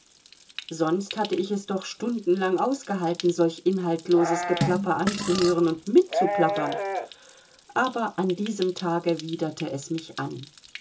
sonst hatte ich es doch stundenlang ausgehalten solch inhaltsloses geplapper anzuhören und mitzuplappern aber an diesem tage widerte es mich an